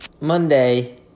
Monday